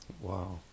Wow